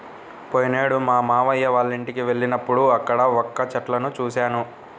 పోయినేడు మా మావయ్య వాళ్ళింటికి వెళ్ళినప్పుడు అక్కడ వక్క చెట్లను చూశాను